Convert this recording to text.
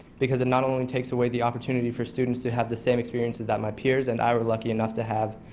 because it not only takes away the opportunity for students to have the same experiences that my peers and i were lucky enough to have,